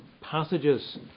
passages